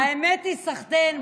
האמת היא, סחתיין.